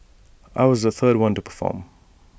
I was the third one to perform